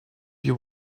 you